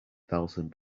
thousand